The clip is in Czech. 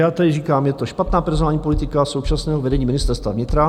Já tady říkám, je to špatná personální politika současného vedení Ministerstva vnitra.